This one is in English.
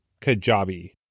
Kajabi